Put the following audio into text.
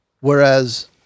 Whereas